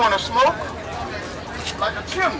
want to smoke like a tru